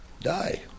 die